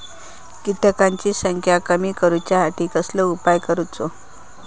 किटकांची संख्या कमी करुच्यासाठी कसलो उपाय करूचो?